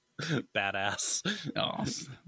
Badass